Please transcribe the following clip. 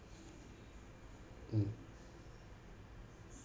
mm